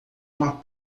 uma